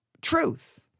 truth